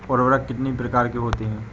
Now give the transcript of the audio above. उर्वरक कितनी प्रकार के होता हैं?